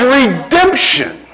redemption